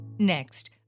next